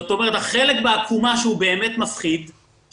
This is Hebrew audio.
החלק בעקומה שהוא באמת מפחיד,